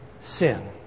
sin